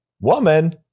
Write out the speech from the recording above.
woman